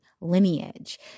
lineage